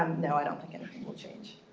no i don't think anything will change.